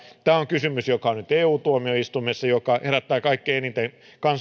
kysymys joka on nyt eu tuomioistuimessa ja joka herättää kaikkein eniten kansainvälistä